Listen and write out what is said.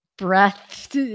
Breath